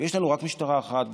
ויש לנו רק משטרה אחת,